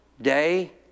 Day